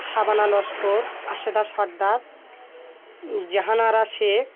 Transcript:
Shabana Laskar Asheda Sardar Jahanara Sheikh